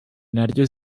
naryo